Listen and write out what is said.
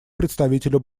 представителю